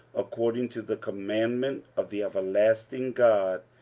according to the commandment of the everlasting god,